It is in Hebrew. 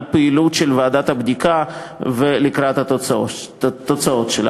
הפעילות של ועדת הבדיקה ולקראת התוצאות שלה.